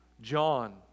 John